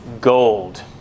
gold